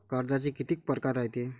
कर्जाचे कितीक परकार रायते?